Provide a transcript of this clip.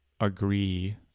agree